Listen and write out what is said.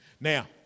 Now